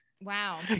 Wow